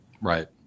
Right